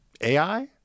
AI